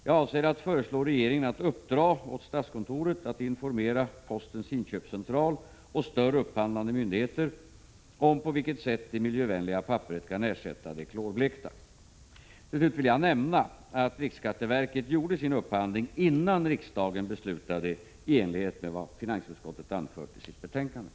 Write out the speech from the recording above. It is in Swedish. Jag avser att föreslå regeringen att uppdra åt statskontoret att informera postens inköpscentral och större upphandlande myndigheter om på vilket sätt det miljövänliga papperet kan ersätta det klorblekta. Till slut vill jag nämna att riksskatteverket gjorde sin upphandling innan riksdagen beslutade i enlighet med vad finansutskottet anfört i sitt betänkande.